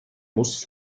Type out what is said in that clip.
muss